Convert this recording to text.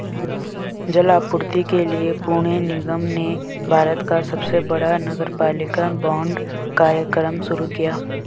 जल आपूर्ति के लिए पुणे निगम ने भारत का सबसे बड़ा नगरपालिका बांड कार्यक्रम शुरू किया